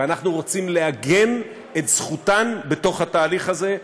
ואנחנו רוצים לעגן את זכותן בתהליך הזה.